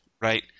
right